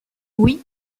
oui